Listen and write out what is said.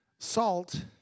Salt